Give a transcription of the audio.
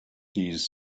these